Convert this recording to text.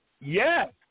Yes